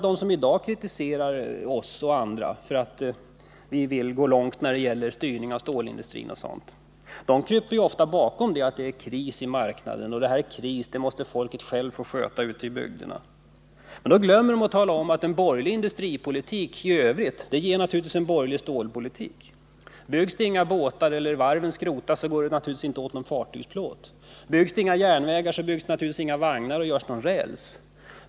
De som i dag kritiserar oss och andra för att vi vill gå långt när det gäller styrningen av stålindustrin kryper ofta bakom att det är kris på marknaden och att folket självt ute i bygderna måste få sköta denna kris. Då glömmer de att tala om att en borgerlig industripolitik i övrigt naturligtvis medför en borgerlig stålpolitik. Byggs inga båtar eller skrotas varven, går det naturligtvis inte åt någon fartygsplåt. Byggs inga järnvägar, byggs naturligtvis inga vagnar eller tillverkas någon räls.